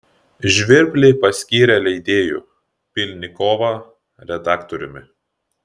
žvirblį paskyrė leidėju pylnikovą redaktoriumi